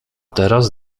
teraz